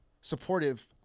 supportive